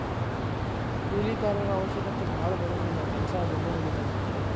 ಕೂಲಿ ಕಾರರ ಅವಶ್ಯಕತೆ ಭಾಳ ಬರುಂಗಿಲ್ಲಾ ಕೆಲಸಾ ಜಲ್ದಿ ಮುಗಿತಾವ